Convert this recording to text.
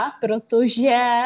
protože